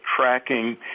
tracking